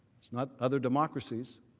not other democracies,